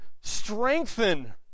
strengthen